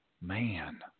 Man